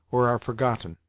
or are forgotten.